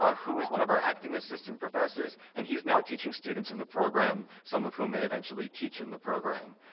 ah who is one of our acting assistant professors, and he's now teaching students in the program, some of whom may eventually teach in the program.